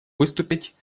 выступить